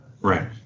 Right